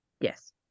Yes